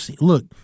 Look